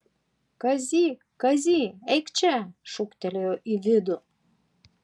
kazy kazy eik čia šūktelėjo į vidų